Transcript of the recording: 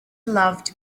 loved